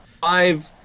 Five